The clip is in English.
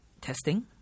testing